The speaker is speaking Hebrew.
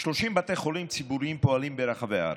30 בתי חולים ציבוריים פועלים ברחבי הארץ.